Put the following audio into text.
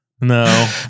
no